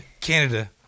Canada